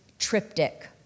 Triptych